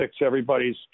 everybody's